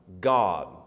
God